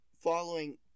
following